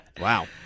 Wow